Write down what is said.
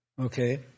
Okay